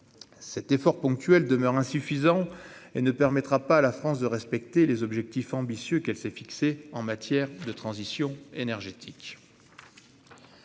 Cet effort ponctuel demeure insuffisant et ne permettra pas à la France d'atteindre les objectifs ambitieux qu'elle s'est fixés en matière de transition énergétique.